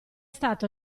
stato